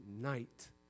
night